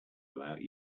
without